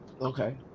Okay